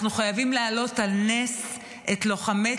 אנחנו חייבים להעלות על נס את לוחמי